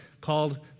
called